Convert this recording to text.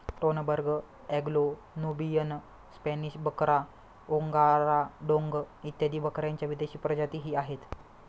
Toggenburg, Anglo Nubian, Spanish बकरा, Angora डोंग इत्यादी बकऱ्यांच्या विदेशी प्रजातीही आहेत